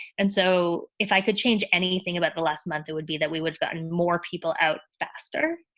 and so if i could change anything about the last month, it would be that we would've gotten more people out faster.